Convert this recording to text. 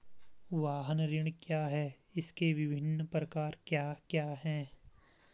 वाहन ऋण क्या है इसके विभिन्न प्रकार क्या क्या हैं?